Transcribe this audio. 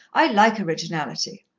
i like originality.